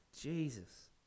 Jesus